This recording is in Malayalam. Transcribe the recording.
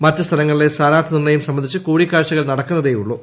മറ്റു സ്ഥലങ്ങളിലെ സ്ഥാനാർത്ഥി നിർണയം സംബന്ധിച്ച് കൂടിക്കാഴ്ചകൾ നടക്കുന്നതെയുള്ളൂ